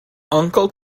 uncle